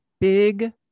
big